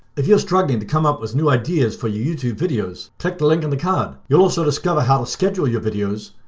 if you're struggling to come up with new ideas for your youtube videos, click the link on the card. you'll also discover how to schedule your videos,